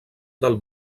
del